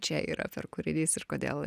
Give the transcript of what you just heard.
čia yra per kūrinys ir kodėl